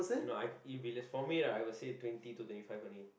no I if it's for me lah I will say twenty to twenty five only